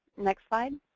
next slide.